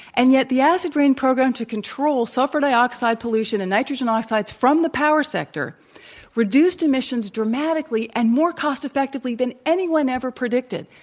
and yet, the acid rain program to control sulfur dioxide pollution and nitrogen oxide from the power sector reduced emissions dramatically and more cost-effectively than anyone ever predicted.